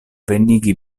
venigi